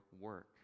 work